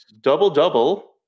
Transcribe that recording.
double-double